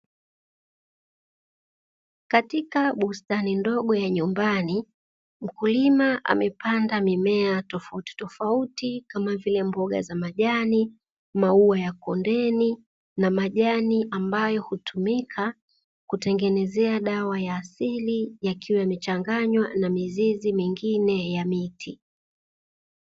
Katika bustani ndogo ya nyumbani, mkulima amepanda mimea tofauti tofauti kama vile: mboga za majani, maua ya kondeni na majani ambayo hutumika kutengeneza dawa ya asili yakiwa yamechanganywa na mizizi mingine ya miti.